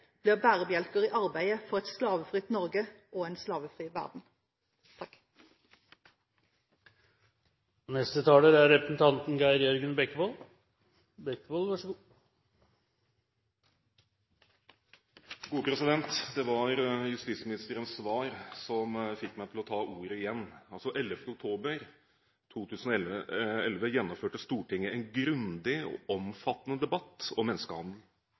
blir bærebjelker i arbeidet for et slavefritt Norge og en slavefri verden. Det var justisministerens svar som fikk meg til å ta ordet igjen. Den 11. oktober 2011 gjennomførte Stortinget en grundig og omfattende debatt om menneskehandel.